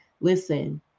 Listen